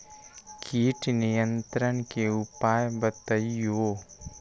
किट नियंत्रण के उपाय बतइयो?